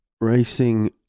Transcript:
racing